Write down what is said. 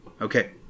okay